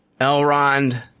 Elrond